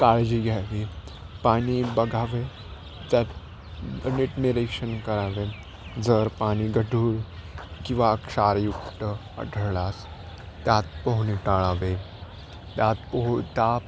काळजी घ्यावी पाणी बघावे त्यात नीट निरीक्षण करावे जर पाणी गढूळ किंवा क्षारयुक्त आढळल्यास त्यात पोहणे टाळावे त्यात पोह त्या